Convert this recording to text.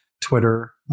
Twitter